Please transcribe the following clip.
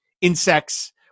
insects